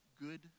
good